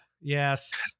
Yes